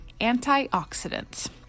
antioxidants